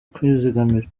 kwizigamira